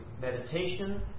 meditation